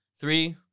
Three